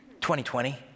2020